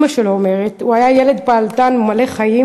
אימא שלו אומרת: "הוא היה ילד פעלתן ומלא חיים,